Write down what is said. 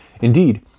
Indeed